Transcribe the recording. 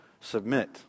Submit